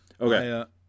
Okay